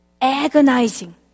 agonizing